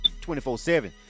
24-7